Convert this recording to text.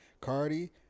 Cardi